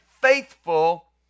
faithful